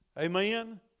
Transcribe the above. amen